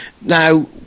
Now